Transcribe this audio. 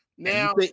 Now